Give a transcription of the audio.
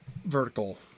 Vertical